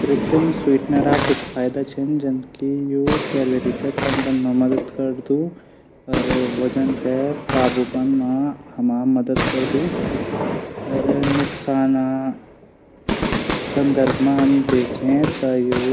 कृत्रिम स्वीटनर जन फैदा छन जनकि कैलैरी थै कम कन मा मदद करदू। वजन थै काबू कन मा। हमर मदद करदू। अर नुकसान ना। संदर्भ मा हम देखा त यू